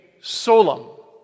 Solom